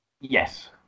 yes